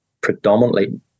predominantly